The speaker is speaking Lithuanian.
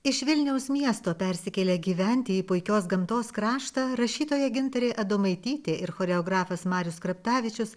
iš vilniaus miesto persikėlę gyventi į puikios gamtos kraštą rašytoja gintarė adomaitytė ir choreografas marius kraptavičius